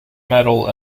metal